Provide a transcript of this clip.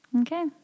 okay